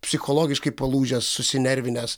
psichologiškai palūžęs susinervinęs